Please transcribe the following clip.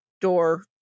door